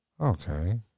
Okay